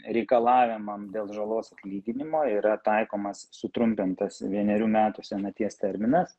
reikalavimam dėl žalos atlyginimo yra taikomas sutrumpintas vienerių metų senaties terminas